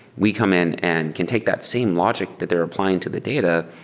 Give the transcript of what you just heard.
we come in and can take that same logic that they're applying to the data,